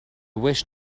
wish